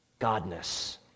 godness